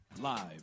Live